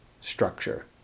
structure